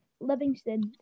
Livingston